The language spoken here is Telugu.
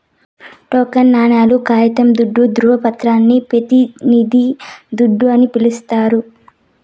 టోకెన్ నాణేలు, కాగితం దుడ్డు, దృవపత్రాలని పెతినిది దుడ్డు అని పిలిస్తారు